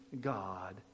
God